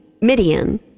Midian